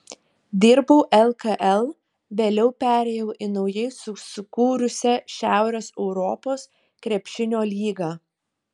dirbau lkl vėliau perėjau į naujai susikūrusią šiaurės europos krepšinio lygą